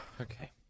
Okay